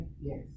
yes